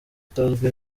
utazwi